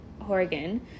Horgan